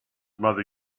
mother